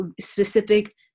specific